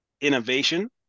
innovation